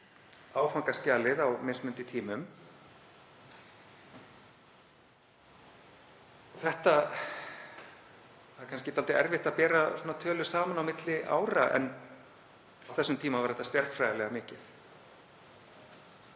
áfangaskjalið á mismunandi tímum. Það er kannski dálítið erfitt að bera tölur saman á milli ára en á þeim tíma var þetta stjarnfræðilega mikið.